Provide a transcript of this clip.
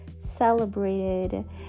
celebrated